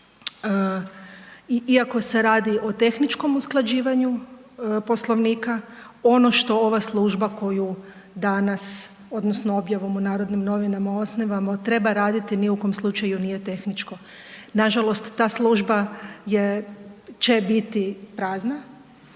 Iako se radi o tehničkom usklađivanju Poslovnika, ono što ova služba koju danas, odnosno objavom u Narodnim novinama osnivamo, treba raditi, ni u kom slučaju nije tehničko. Nažalost ta služba je, će biti prazna